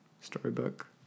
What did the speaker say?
storybook